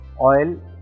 oil